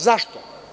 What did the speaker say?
Zašto?